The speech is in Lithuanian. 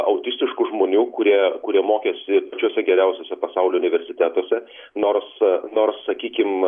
autistiškų žmonių kurie kurie mokėsi pačiuose geriausiuose pasaulio universitetuose nors nors sakykim